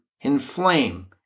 inflame